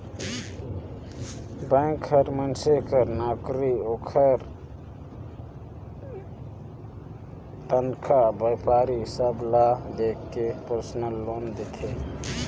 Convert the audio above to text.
bank हर मइनसे कर नउकरी, ओकर तनखा, बयपार सब ल देख के परसनल लोन देथे